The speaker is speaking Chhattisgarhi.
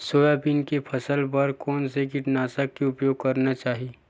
सोयाबीन के फसल बर कोन से कीटनाशक के उपयोग करना चाहि?